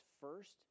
first